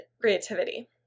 creativity